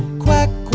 quack,